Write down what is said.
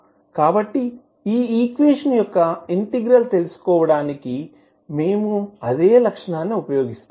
కాబట్టి ఈ ఈక్వేషన్ యొక్క ఇంటిగ్రల్ తెలుసుకోవడానికి మేము అదే లక్షణాన్నీ ఉపయోగిస్తాము